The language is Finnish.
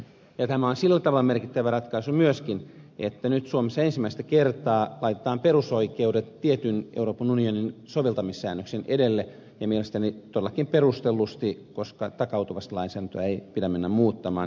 tämä on sillä tavalla merkittävä ratkaisu myöskin että nyt suomessa ensimmäistä kertaa laitetaan perusoikeudet tietyn euroopan unionin soveltamissäännöksen edelle ja mielestäni todellakin perustellusti koska takautuvasti lainsäädäntöä ei pidä mennä muuttamaan